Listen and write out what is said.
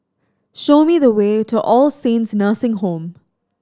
show me the way to All Saints Nursing Home